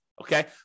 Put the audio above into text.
Okay